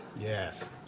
Yes